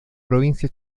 provincia